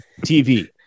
TV